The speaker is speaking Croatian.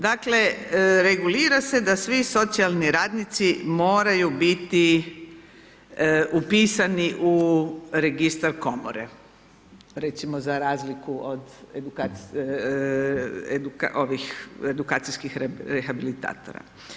Dakle, regulira se da svo socijalni radnici moraju biti upisani u registar komore recimo za razliku od edukacijskih rehabilitatora.